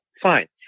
fine